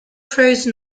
prose